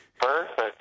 Perfect